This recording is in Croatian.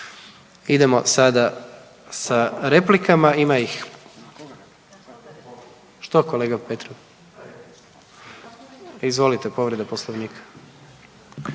Idemo sada sa replikama. Ima ih … Što, kolega Petrov? Izvolite. Povreda Poslovnika.